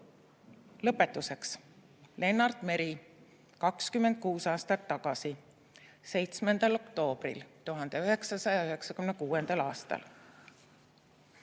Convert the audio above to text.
Lõpetuseks. Lennart Meri ütles 26 aastat tagasi, 7. oktoobril 1996. aastal: